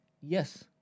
Yes